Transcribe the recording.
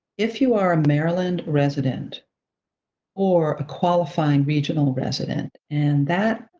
if you are a maryland resident or a qualifying-regional resident, and that